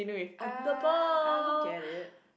uh I don't get it